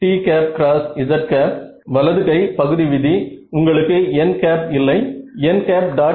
tz வலது கை பகுதி விதி உங்களுக்கு n இல்லை n